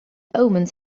omens